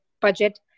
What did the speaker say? budget